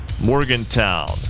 Morgantown